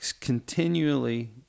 continually